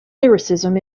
lyricism